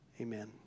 amen